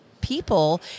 people